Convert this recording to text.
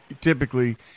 typically